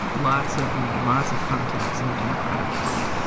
lots of money, lots of contacts in the democratic party.